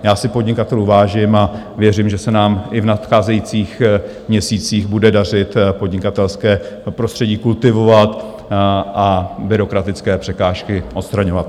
Já si podnikatelů vážím a věřím, že se nám i v nadcházejících měsících bude dařit podnikatelské prostředí kultivovat a byrokratické překážky odstraňovat.